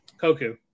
Koku